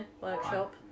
workshop